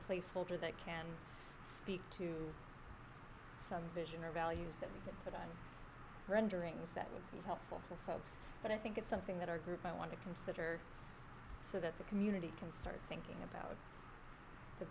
placeholder that can speak to some vision or values that we can put on renderings that would be helpful for folks but i think it's something that our group i want to consider so that the community can start thinking about the